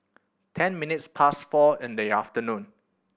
ten minutes past four in the afternoon